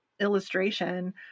illustration